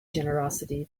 generosity